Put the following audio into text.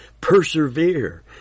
Persevere